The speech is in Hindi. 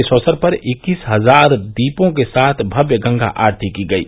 इस अवसर पर इक्कीस हजार दीपोर्ट के साथ भव्य गंगा आरती की गयी